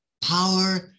Power